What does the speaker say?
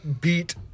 beat